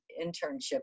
internship